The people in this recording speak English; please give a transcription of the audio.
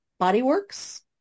Bodyworks